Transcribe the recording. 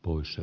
uusi